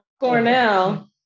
Cornell